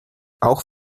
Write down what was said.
auch